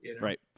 Right